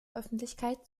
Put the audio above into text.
öffentlichkeit